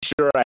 sure